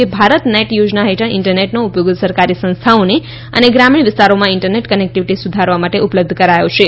કે ભારત નેટ યોજના હેઠળ ઈન્ટરનેટનો ઉપયોગ સરકારી સંસ્થાઓને અને ગ્રામીણ વિસ્તારોમાં ઈન્ટરનેટ કનેક્ટિવીટી સુધારવા માટે ઉપલબ્ધ કરાયો છે